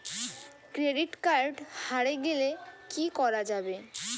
Credit card হারে গেলে কি করা য়ায়?